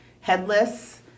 headless